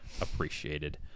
appreciated